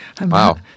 wow